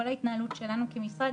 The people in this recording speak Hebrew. כל ההתנהלות שלנו כמשרד,